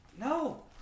No